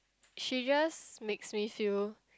she just makes me feel